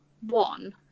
One